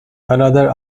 another